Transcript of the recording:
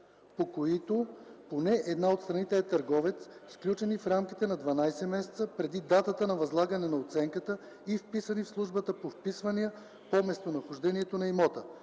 по които поне една от страните е търговец, сключени в рамките на 12 месеца преди датата на възлагане на оценката и вписаните в службата по вписвания по местонахождението на имота.